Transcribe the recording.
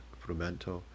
frumento